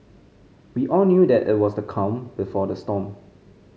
we all knew that it was the calm before the storm